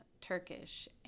Turkish